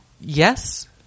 Yes